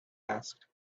asked